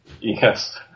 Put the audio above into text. Yes